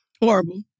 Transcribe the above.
horrible